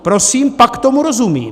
Prosím, pak tomu rozumím.